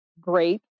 great